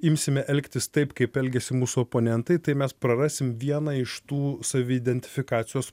imsime elgtis taip kaip elgiasi mūsų oponentai tai mes prarasim vieną iš tų saviidentifikacijos